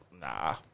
nah